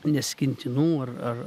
neskintinų ar ar